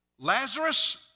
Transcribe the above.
Lazarus